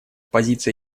позиция